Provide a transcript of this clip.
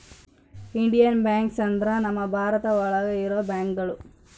Indian banks ಅಂದ್ರ ನಮ್ ಭಾರತ ಒಳಗ ಇರೋ ಬ್ಯಾಂಕ್ಗಳು